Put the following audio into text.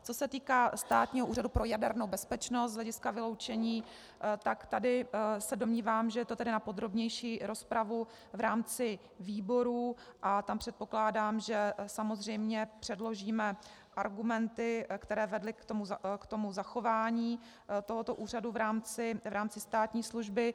Co se týká Státního úřadu pro jadernou bezpečnost z hlediska vyloučení, tak tady se domnívám, že je to tedy na podrobnější rozpravu v rámci výborů, a tam předpokládám, že samozřejmě předložíme argumenty, které vedly k zachování tohoto úřadu v rámci státní služby.